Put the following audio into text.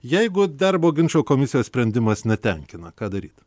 jeigu darbo ginčų komisijos sprendimas netenkina ką daryti